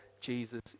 Jesus